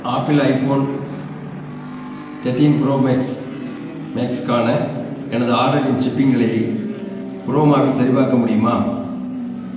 apple iPhone thirteen pro max மேக்ஸ்க்கான எனது ஆர்டரின் ஷிப்பிங் நிலையை க்ரோமாவில் சரிபார்க்க முடியுமா